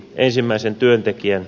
ensimmäisen työntekijän